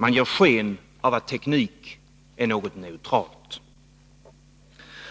Man ger sken av att teknik är något neutralt.